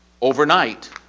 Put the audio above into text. overnight